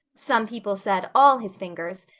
some people said all his fingers.